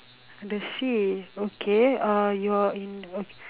I see okay uh you are in oh